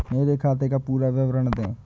मेरे खाते का पुरा विवरण दे?